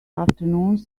afternoons